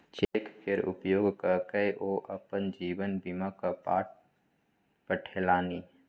cheque केर उपयोग क कए ओ अपन जीवन बीमाक पाय पठेलनि